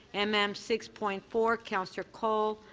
and mm um six point four, counsellor kolle.